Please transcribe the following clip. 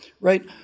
right